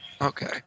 Okay